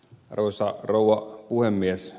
arvoisa rouva puhemies